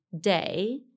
day